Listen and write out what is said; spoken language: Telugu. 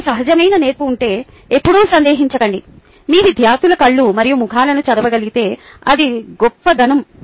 మీకు సహజమైన నేర్పు ఉంటే ఎప్పుడూ సందేహించకండి మీరు విద్యార్థుల కళ్ళు మరియు ముఖాలను చదవగలిగితే అది గొప్పదనం